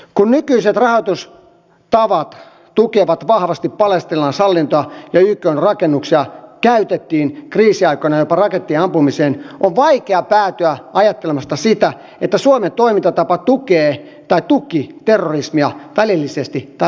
kun nykyiset rahoitustavat tukevat vahvasti palestiinalaishallintoa ja ykn rakennuksia käytettiin kriisiaikoina jopa rakettien ampumiseen on vaikea päätyä ajattelemasta sitä että suomen toimintatapa tuki terrorismia välillisesti tai välittömästi